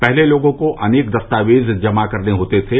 पहले लोगों को अनेक दस्तावेज जमा करने होते थे